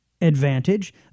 advantage